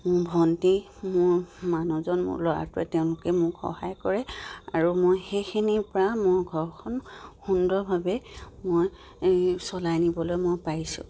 মোৰ ভণ্টি মোৰ মানুহজন মোৰ ল'ৰাটোৱে তেওঁলোকে মোক সহায় কৰে আৰু মই সেইখিনিৰপৰা মোৰ ঘৰখন সুন্দৰভাৱে মই চলাই নিবলৈ মই পাৰিছোঁ